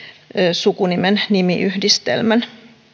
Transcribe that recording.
sukunimen nimiyhdistelmän